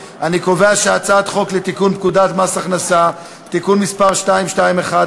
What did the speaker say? חוק לתיקון פקודת מס הכנסה (מס' 221),